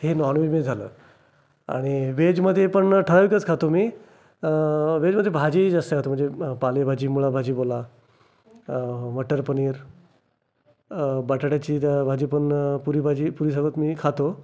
हे नॉनवेजमध्ये झालं आणि वेजमध्ये पण ठराविकच खातो मी वेजमध्ये भाजी जास्त खातो मी पालेभाजी मुळाभाजी बोला मटर पनीर बटाट्याची भाजी पण पुरीभाजी पुरीसोबत मी खातो